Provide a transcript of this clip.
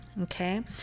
okay